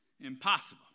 impossible